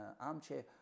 armchair